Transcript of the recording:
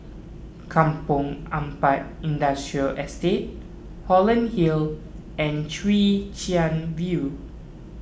Kampong Ampat Industrial Estate Holland Hill and Chwee Chian View